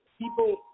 People